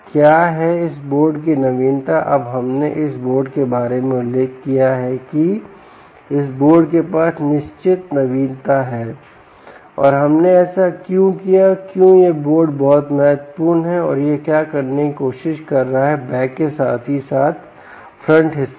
क्या है इस बोर्ड की नवीनता अब हमने इस बोर्ड के बारे में उल्लेख किया है कि इस बोर्ड के पास निश्चित नवीनता है और हमने ऐसा क्यों किया क्यों यह बोर्ड बहुत महत्वपूर्ण है और यह क्या करने की कोशिश कर रहा है बैक के साथ ही साथ फ्रंट हिस्से में